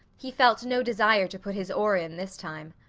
he felt no desire to put his oar in this time.